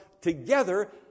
together